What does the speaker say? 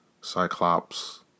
Cyclops